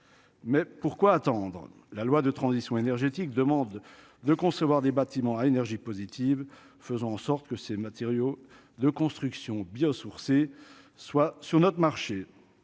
mais pourquoi attendre la loi de transition énergétique demande de concevoir des bâtiments à énergie positive, faisons en sorte que ces matériaux de construction biosourcés soit sur notre marché,